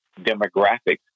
demographics